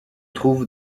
trouve